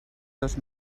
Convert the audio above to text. dos